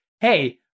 hey